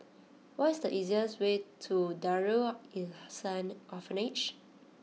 what is the easiest way to Darul Ihsan Orphanage